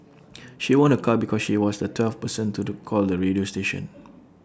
she won A car because she was the twelfth person to the call the radio station